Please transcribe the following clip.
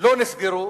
לא נסגרו